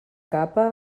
capa